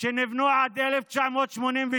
שנבנו עד 1987,